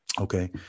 okay